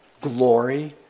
glory